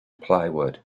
plywood